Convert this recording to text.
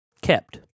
kept